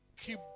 keep